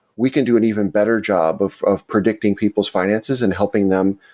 we can do an even better job of of predicting people's finances and helping them.